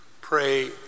pray